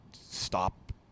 stop